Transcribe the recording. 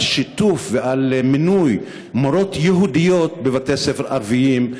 שיתוף ומינוי של מורות יהודיות בבתי-ספר ערביים,